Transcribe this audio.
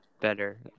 better